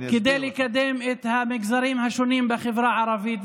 כדי לקדם את המגזרים השונים בחברה הערבית.